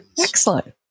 Excellent